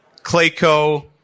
Clayco